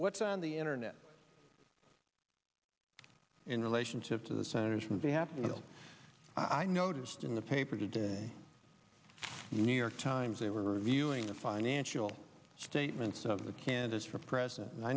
what's on the internet in relationship to the senators from they have to know i noticed in the paper today new york times they were reviewing the financial statements of the candidates for president and i